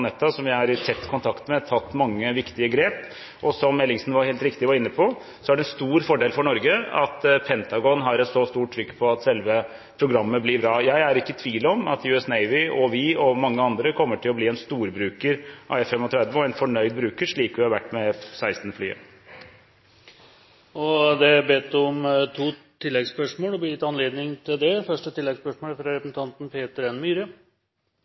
som jeg er i tett kontakt med, tatt mange viktige grep, og som Ellingsen helt riktig var inne på, er det stor fordel for Norge at Pentagon har et så stort trykk på at selve programmet blir bra. Jeg er ikke i tvil om at US Navy og vi og mange andre kommer til å bli en storbruker av F-35, og vi kommer til å bli en fornøyd bruker, slik vi har vært det når det gjelder F-16-flyet. Det er bedt om og blir gitt anledning til to oppfølgingsspørsmål – først Peter N. Myhre.